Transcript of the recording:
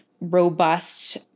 robust